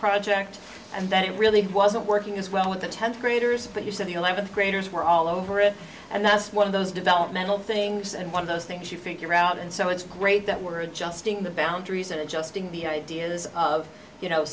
project and that it really wasn't working as well in the tenth graders but you said the eleventh graders were all over it and that's one of those developmental things and one of those things you figure out and so it's great that we're just doing the boundaries and adjusting the ideas of you know